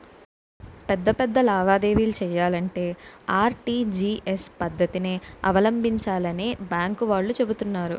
పెద్ద పెద్ద లావాదేవీలు చెయ్యాలంటే ఆర్.టి.జి.ఎస్ పద్దతినే అవలంబించాలని బాంకు వాళ్ళు చెబుతున్నారు